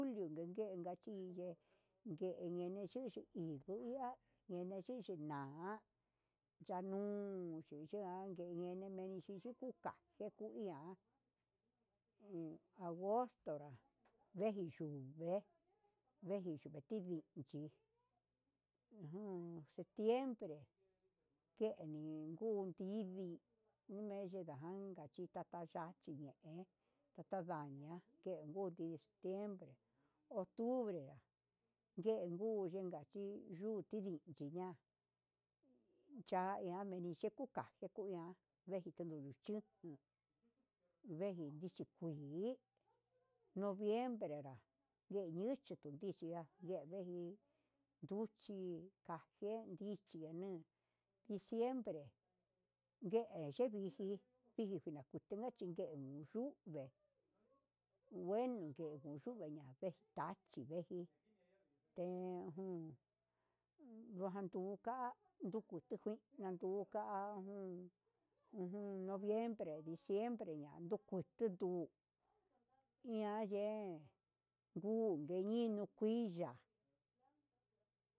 Julio nikenka chi yee, yenexhexi hi kuyo nda ninachichi na'a ya'a nuu chianguee, enimexhi ku kuka, ngue ku iha en agostora ndeji yugue, veji yunga tindii yedii ajan, septiembre ngueni nguu tindii mediga ngan kachita'a taya nii hem, nanaña ke'e ndeju septiembre, octubre, yenguu yenngua chí, yuu chindichi ña'a ian cha'a ña'a menii che kuka kuu ña'a, veji kuduu chuku veji ndichi kui noviembre nrá, ngueñun kundu ndichi yevii nduchi kajen ndichi jan, diciembre nguee yeviji viji naku yundera chí kenduve nguenu kenuu ndugue ña'a vechi vejí he jun vajan nduka'a, ha nduju tu kuin jan nduka jun ujun noviembre ndiciembreña nduku tuitu ianyen nguu venino kui.